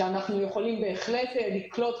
שאנחנו יכולים בהחלט לקלוט,